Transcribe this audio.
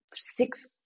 six